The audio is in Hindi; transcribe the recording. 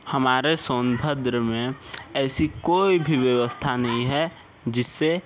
हमारे सोनभद्र में ऐसी कोई भी व्यवस्था नहीं है जिस से